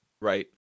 right